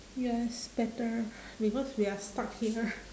yes better because we are stuck here